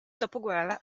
dopoguerra